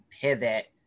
pivot